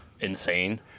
insane